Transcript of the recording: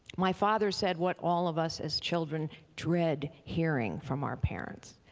my father said what all of us as children dread hearing from our parents,